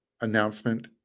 announcement